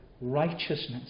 righteousness